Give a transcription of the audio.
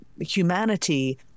humanity